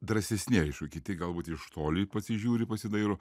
drąsesni aišku kiti galbūt iš toli pasižiūri pasidairo